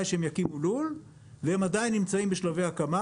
שהם יקימו לול והם עדיין נמצאים בשלבי הקמה,